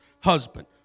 husband